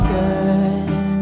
good